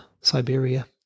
Siberia